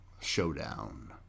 showdown